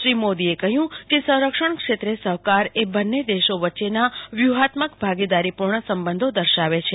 શ્રી મોદીએ કહ્યું કે સંરક્ષણ ક્ષેત્રે સહકાર એ બંને દેશો વચ્ચેના વ્યૂહાત્મક ભાગીદારીપૂર્ણ સંબંધો દર્શાવે છે